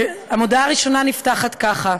המודעה הראשונה נפתחת ככה: